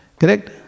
Correct